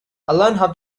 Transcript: how